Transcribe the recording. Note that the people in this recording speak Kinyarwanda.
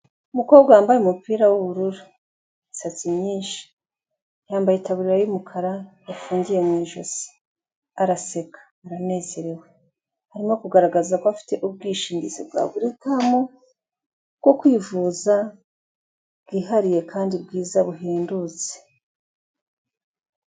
Umukobwa wambaye umupira w'ubururu, imisatsi myinshi, yambaye itaburiya y'umukara yafungiye mu ijosi, araseka aranezerewe arimo kugaragaza ko afite ubwishingizi bwa Buritamu bwo kwivuza bwihariye kandi bwiza buhendutse.